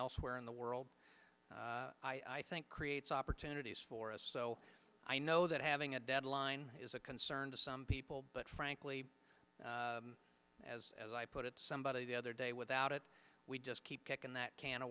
elsewhere in the world i think creates opportunities for us so i know that having a deadline is a concern to some people but frankly as as i put it somebody the other day without it we just keep kicking that can of